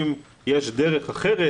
אם יש דרך אחרת,